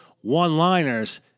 one-liners